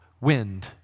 wind